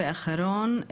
ואחרון,